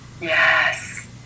Yes